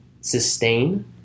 sustain